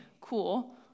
cool